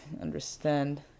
understand